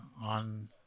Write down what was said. on